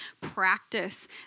practice